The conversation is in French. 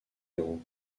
héros